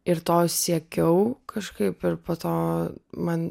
ir to siekiau kažkaip ir po to man